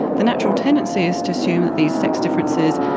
the natural tendency is to assume that these sex differences,